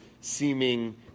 seeming